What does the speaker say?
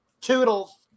Toodles